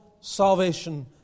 salvation